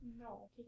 No